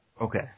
Okay